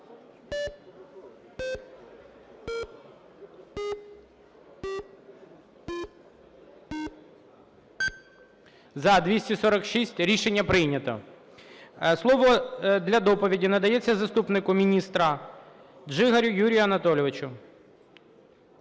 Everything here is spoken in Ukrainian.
За-246 Рішення прийнято. Слово для доповіді надається заступнику міністра Джигиру Юрію Анатолійовичу.